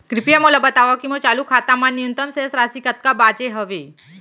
कृपया मोला बतावव की मोर चालू खाता मा न्यूनतम शेष राशि कतका बाचे हवे